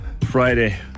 Friday